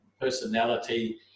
personality